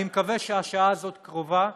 אני מקווה שהשעה הזאת קרובה,